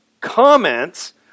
comments